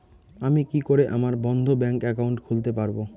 আমি কি করে আমার বন্ধ ব্যাংক একাউন্ট খুলতে পারবো?